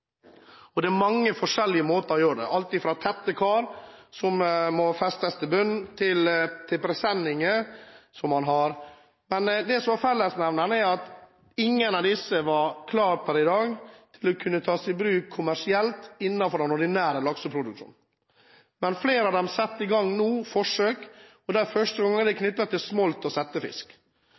området. Det er mange forskjellige måter å gjøre det på – alt fra tette kar som må festes til bunnen, til presenninger. Men det som er fellesnevneren, er at ingen av disse er i dag klare til å kunne bli tatt i bruk kommersielt innenfor den ordinære lakseproduksjonen. Flere av dem setter nå i gang forsøk, og i første omgang er det knyttet til smolt og settefisk.